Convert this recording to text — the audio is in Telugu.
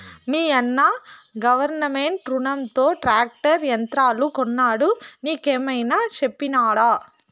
మీయన్న గవర్నమెంట్ రునంతో ట్రాక్టర్ యంత్రాలు కొన్నాడు నీకేమైనా చెప్పినాడా